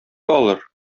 алыр